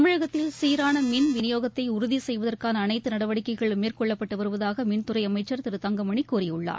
தமிழகத்தில் சீரான மின் விநியோகத்தை உறுதி செய்வதற்கான அனைத்து நடவடிக்கைகளும் மேற்கொள்ளப்பட்டு வருவதாக மின்துறை அனமச்சர் திரு தங்கமணி கூறியுள்ளார்